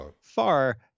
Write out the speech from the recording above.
far